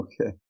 Okay